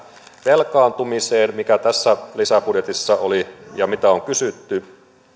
velkaantumiseen mikä tässä lisäbudjetissa oli ja mitä on kysytty niin